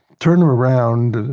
turn around,